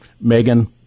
Megan